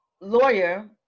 lawyer